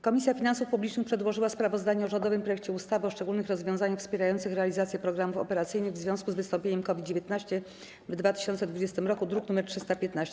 Komisja Finansów Publicznych przedłożyła sprawozdanie o rządowym projekcie ustawy o szczególnych rozwiązaniach wspierających realizację programów operacyjnych w związku z wystąpieniem COVID-19 w 2020 r., druk nr 315.